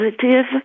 positive